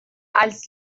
als